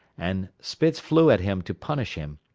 and spitz flew at him to punish him,